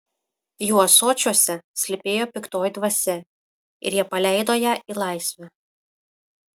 jų ąsočiuose slypėjo piktoji dvasia ir jie paleido ją į laisvę